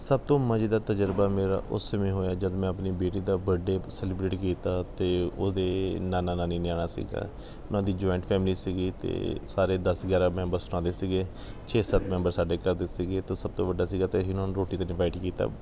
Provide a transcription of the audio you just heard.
ਸਭ ਤੋਂ ਮਜ਼ੇਦਾਰ ਤਜ਼ਰਬਾ ਮੇਰਾ ਉਸ ਸਮੇਂ ਹੋਇਆ ਜਦ ਮੈਂ ਆਪਣੀ ਬੇਟੀ ਦਾ ਬਰਡੇ ਸੈਲੀਬ੍ਰੇਟ ਕੀਤਾ ਅਤੇ ਉਹਦੇ ਨਾਨਾ ਨਾਨੀ ਨੇ ਆਉਣਾ ਸੀਗਾ ਉਹਨਾਂ ਦੀ ਜੁਆਇੰਟ ਫੈਮਲੀ ਸੀਗੀ ਅਤੇ ਸਾਰੇ ਦਸ ਗਿਆਰ੍ਹਾਂ ਮੈਂਬਰਸ ਉਹਨਾਂ ਦੇ ਸੀਗੇ ਛੇ ਸੱਤ ਮੈਂਬਰ ਸਾਡੇ ਘਰ ਦੇ ਸੀਗੇ ਤਾਂ ਸਭ ਤੋਂ ਵੱਡਾ ਸੀਗਾ ਅਤੇ ਅਸੀਂ ਉਹਨਾਂ ਨੂੰ ਰੋਟੀ 'ਤੇ ਇਨਵਾਈਟ ਕੀਤਾ